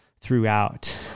throughout